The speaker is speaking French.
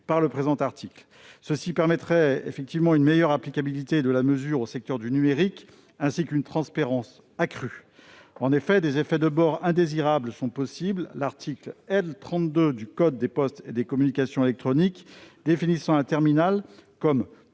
dans le présent article. Cette disposition permettrait une meilleure applicabilité de la mesure au secteur du numérique, ainsi qu'une transparence accrue. En effet, des effets de bord indésirables sont possibles, l'article L. 32 du code des postes et des communications électroniques définissant un terminal comme